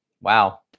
Wow